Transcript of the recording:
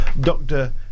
Dr